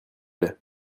plait